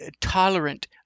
tolerant